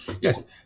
yes